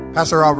Pastor